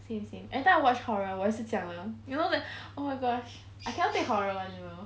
same same every time I watch horror 我也是这样的 you know the oh my gosh I cannot take horror [one] you know